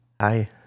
Hi